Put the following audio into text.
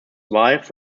wives